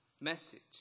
message